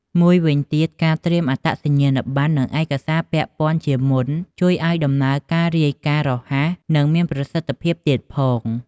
មួយវិញទៀត ការត្រៀមអត្តសញ្ញាណប័ណ្ណ និងឯកសារពាក់ព័ន្ធជាមុន ជួយឲ្យដំណើរការរាយការណ៍កាន់តែរហ័ស និងមានប្រសិទ្ធភាពទៀតផង។